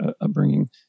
upbringing